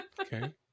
Okay